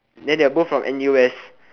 then they are both from n_u_s